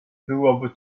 byłoby